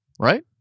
right